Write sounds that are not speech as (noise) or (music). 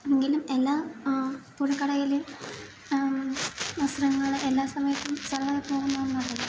എങ്കിലും എല്ലാ തുണിക്കടയിലും വസത്രങ്ങള് എല്ലാ സമയത്തും ചില (unintelligible)